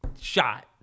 shot